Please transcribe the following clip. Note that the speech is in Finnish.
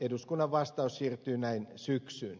eduskunnan vastaus siirtyy näin syksyyn